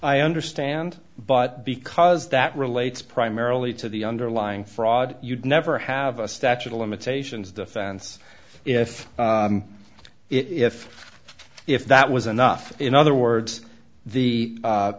i understand but because that relates primarily to the underlying fraud you'd never have a statute of limitations defense if if if that was enough in other words the